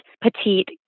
petite